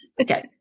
okay